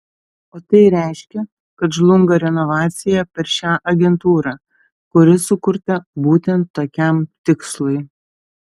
o tai reiškia kad žlunga renovacija per šią agentūrą kuri sukurta būtent tokiam tikslui